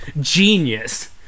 genius